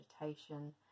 meditation